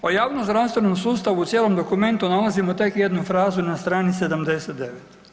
O javnozdravstvenom sustavu u cijelom dokumentu nalazimo tek jednu frazu na strani 79.